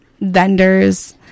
vendors